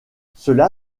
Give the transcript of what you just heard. cela